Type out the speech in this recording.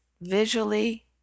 visually